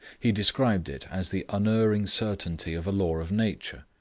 he described it as the unerring certainty of a law of nature.